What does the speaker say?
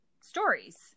stories